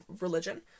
religion